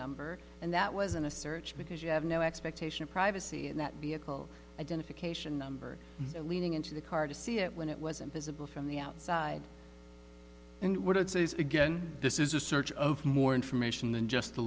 number and that wasn't a search because you have no expectation of privacy in that vehicle identification number leaning into the car to see it when it wasn't visible from the outside and what i'd say is again this is a search of more information than just the